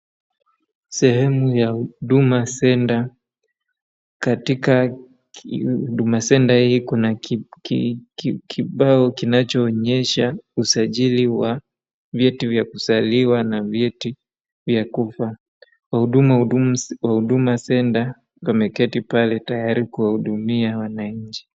Sehemu ya Huduma Center. Katika Huduma Center hii kuna kibao kinachoonyesha usajili wa vyeti vya kuzaliwa na vyeti vya kufa. Wahudumu wa Huduma Center wameketi pale tayari kuwahudumia wananchi.